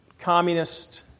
communist